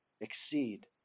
exceed